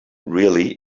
really